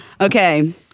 Okay